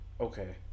okay